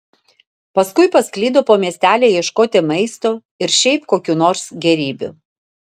paskui pasklido po miestelį ieškoti maisto ir šiaip kokių nors gėrybių